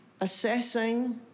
Assessing